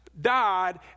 died